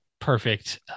perfect